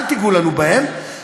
אל תיגעו לנו בהם,